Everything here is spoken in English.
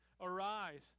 arise